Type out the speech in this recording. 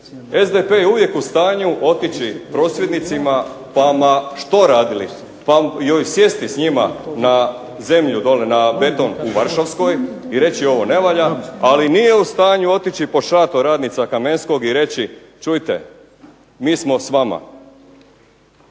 SDP je uvijek u stanju otići prosvjednicima, pa ma što radili, pa joj sjesti s njima na zemlju dolje, na beton u Varšavskoj i reći ovo ne valja, ali nije u stanju otići pod šator radnica Kamenskog i reći, čujte mi smo s vama.